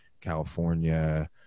california